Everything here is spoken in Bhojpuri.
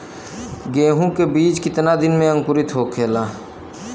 गेहूँ के बिज कितना दिन में अंकुरित होखेला?